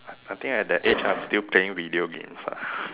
I I think at that age I'm still playing video games ah